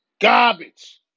Garbage